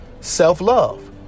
self-love